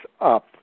up